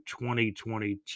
2022